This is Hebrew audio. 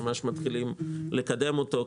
ממש מתחילים לקדם אותו.